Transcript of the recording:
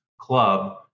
club